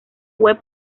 web